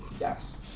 Yes